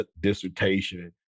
dissertation